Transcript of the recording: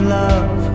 love